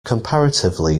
comparatively